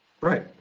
Right